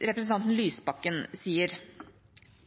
representanten Lysbakken sier.